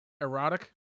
erotic